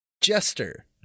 Jester